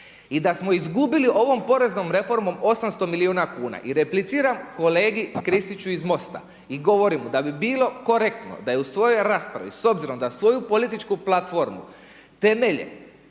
i da smo izgubili ovom poreznom reformom 800 milijuna kuna. I repliciram kolegi Kristiću iz MOST-a i govorim mu da bi bilo korektno da je u svojoj raspravi s obzirom da svoju politiku platformu temelje